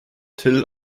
till